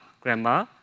grandma